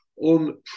On